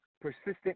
persistent